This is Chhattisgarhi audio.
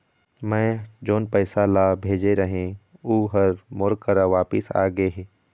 मै जोन पैसा ला भेजे रहें, ऊ हर मोर करा वापिस आ गे हे